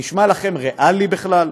נשמע לכם ריאלי בכלל?